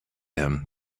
him